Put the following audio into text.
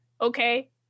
Okay